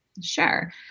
Sure